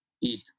eat